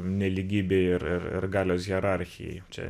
nelygybei ir ir ir galios hierarchijai čia